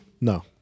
No